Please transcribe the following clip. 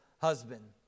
husband